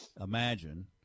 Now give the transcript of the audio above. imagine